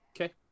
Okay